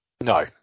No